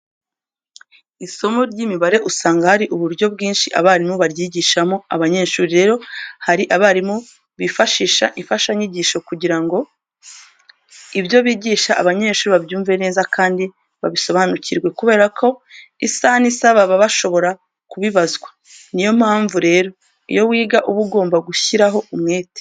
Isomo ry'imibare usanga hari uburyo bwinshi abarimu baryigishamo abanyeshuri. Rero, hari abarimu bifashisha imfashanyigisho kugira ngo ibyo bigisha abanyeshuri babyumve neza kandi babisobanukirwe kubera ko isaha n'isaha baba bashobora kubibazwa. Ni yo mpamvu rero iyo wiga uba ugomba gushyiraho umwete.